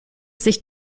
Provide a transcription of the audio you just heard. sich